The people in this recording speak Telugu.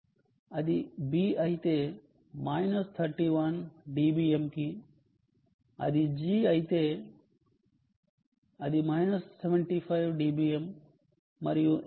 అది b అయితే మైనస్ 91 dBm కి అది g అయితే అది మైనస్ 75 dBm మరియు n అయితే మైనస్ 72 dBm